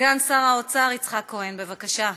סגן שר האוצר יצחק כהן, בבקשה.